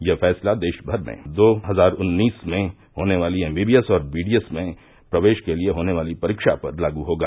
यह फैसला देश भर में दो हजार उन्नीस में होने वाली एमबीबीएस और बीडीएस में प्रवेश के लिए होने वाली परीक्षा पर लागू होगा